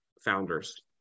founders